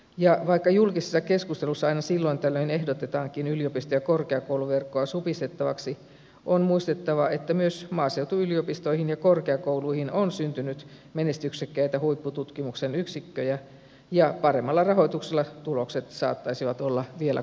ja vaikka julkisessa keskustelussa aina silloin tällöin ehdotetaankin yliopisto ja korkeakouluverkkoa supistettavaksi on muistettava että myös maaseutuyliopistoihin ja korkeakouluihin on syntynyt menestyksekkäitä huippututkimuksen yksikköjä ja paremmalla rahoituksella tulokset saattaisivat olla vielä komeampia